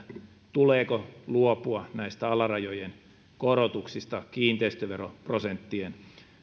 tuleeko luopua näistä alarajojen korotuksista kiinteistöveroprosenttien